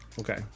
Okay